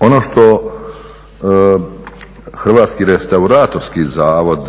Ono što Hrvatski restauratorski zavod